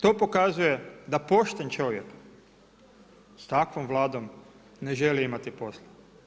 To pokazuje da pošten čovjek s takvom Vladom ne želi imati posla.